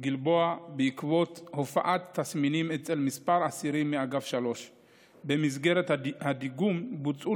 גלבוע בעקבות הופעת תסמינים אצל כמה אסירים מאגף 3. במסגרת הדיגום בוצעו